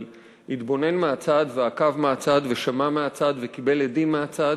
אבל התבונן מהצד ועקב מהצד ושמע מהצד וקיבל הדים מהצד.